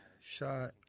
shot